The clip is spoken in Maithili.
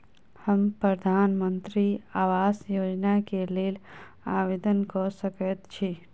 हम प्रधानमंत्री आवास योजना केँ लेल आवेदन कऽ सकैत छी?